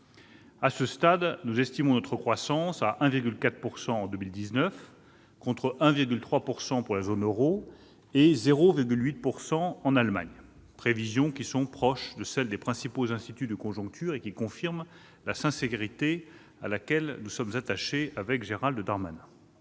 À ce stade, nous estimons notre croissance à 1,4 % en 2019, contre 1,3 % pour la zone euro et 0,8 % en Allemagne. Ces prévisions sont proches de celles des principaux instituts de conjoncture, ce qui confirme la sincérité à laquelle Gérald Darmanin